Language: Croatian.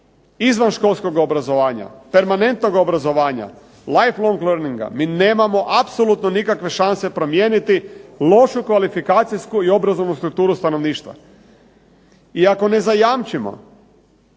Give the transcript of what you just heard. izvanškolskog obrazovanja, permanentnog obrazovanja, .../Govornik govori engleski, ne razumije./... mi nemamo apsolutno nikakve šanse promijeniti lošu kvalifikacijsku i obrazovnu strukturu stanovništva. I ako ne zajamčimo